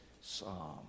psalm